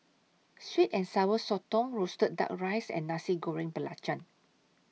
Sweet and Sour Sotong Roasted Duck Rice and Nasi Goreng Belacan